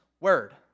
word